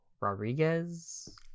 Rodriguez